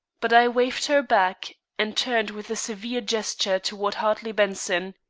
but i waved her back, and turned with a severe gesture toward hartley benson.